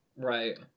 Right